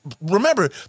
remember